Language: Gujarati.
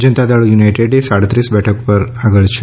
જનતાદળ યુનાઇટેડે સાડત્રીસ બેઠકો પર આગળ છે